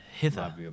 hither